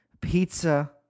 pizza